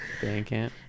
Bandcamp